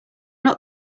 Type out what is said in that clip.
not